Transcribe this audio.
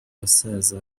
abasaza